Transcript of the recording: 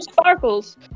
sparkles